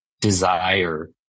desire